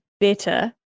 better